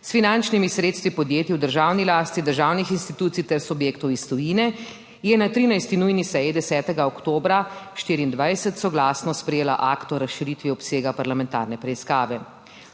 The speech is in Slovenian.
s finančnimi sredstvi podjetij v državni lasti, državnih institucij ter subjektov iz tujine je na 13. nujni seji 10. oktobra 2024 soglasno sprejela akt o razširitvi obsega parlamentarne preiskave.